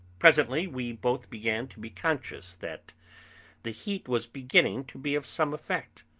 presently we both began to be conscious that the heat was beginning to be of some effect.